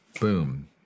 boom